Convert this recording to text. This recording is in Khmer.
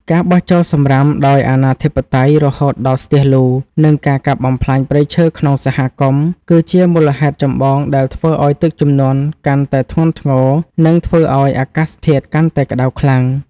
ការបោះចោលសំរាមដោយអនាធិបតេយ្យរហូតដល់ស្ទះលូ និងការកាប់បំផ្លាញព្រៃឈើក្នុងសហគមន៍ គឺជាមូលហេតុចម្បងដែលធ្វើឱ្យទឹកជំនន់កាន់តែធ្ងន់ធ្ងរ និងធ្វើឱ្យអាកាសធាតុកាន់តែក្ដៅខ្លាំង។